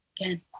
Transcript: again